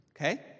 Okay